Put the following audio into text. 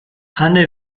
anne